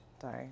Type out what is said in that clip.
Sorry